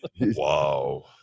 Wow